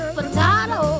Potato